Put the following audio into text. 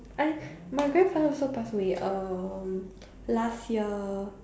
I my grandfather also pass away um last year